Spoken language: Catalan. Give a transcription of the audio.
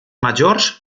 majors